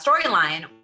storyline